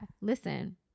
listen